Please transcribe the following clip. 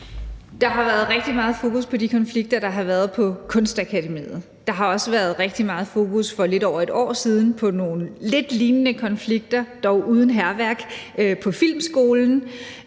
Der har været rigtig meget fokus på de konflikter, der har været på Kunstakademiet. Der var også rigtig meget fokus for lidt over et år siden på nogle konflikter, der lidt ligner dem, dog uden hærværk, på Filmskolen.